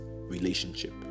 relationship